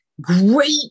great